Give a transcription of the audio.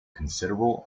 considerable